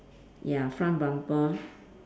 ya front bumper